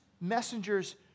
messengers